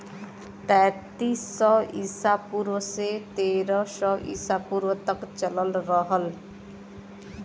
तैंतीस सौ ईसा पूर्व से तेरह सौ ईसा पूर्व तक चलल रहल